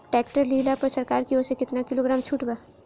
Tractor लिहला पर सरकार की ओर से केतना किलोग्राम छूट बा?